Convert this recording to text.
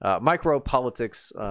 micro-politics